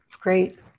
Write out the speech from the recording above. Great